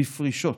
בפרישות.